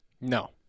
No